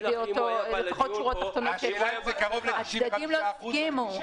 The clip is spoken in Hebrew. נביא לפחות שורות תחתונות הצדדים לא הסכימו.